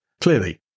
Clearly